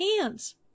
hands